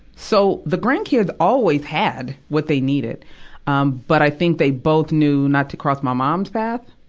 so, the grandkids always had what they needed, um, but i think they both knew not to cross my mom's path,